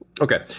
Okay